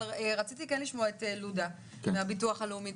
אבל רציתי כן לשמוע את לודה מהביטוח הלאומי.